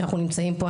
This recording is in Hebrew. כשאנחנו נמצאים פה,